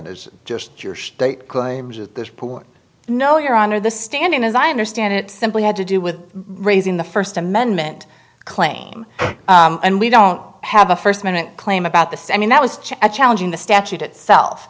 there's just your state claims at this point no your honor the standing as i understand it simply had to do with raising the first amendment claim and we don't have a first minute claim about this and that was challenging the statute itself